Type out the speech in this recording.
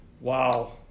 Wow